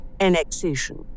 annexation